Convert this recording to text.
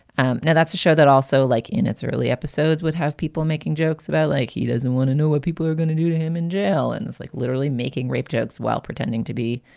now, that's a show that also, like in its early episodes, would have people making jokes about like he doesn't want to know what people are going to do to him in jail and is like literally making rape jokes while pretending to be,